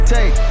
Take